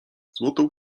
złotą